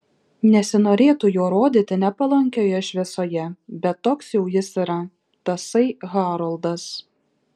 nesinorėtų jo rodyti nepalankioje šviesoje bet toks jau jis yra tasai haroldas